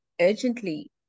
urgently